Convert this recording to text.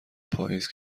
پائیز